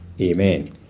Amen